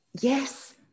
Yes